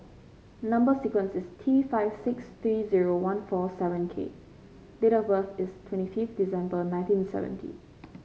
number sequence is T five six three zero one four seven K date of birth is twenty fifth December nineteen seventy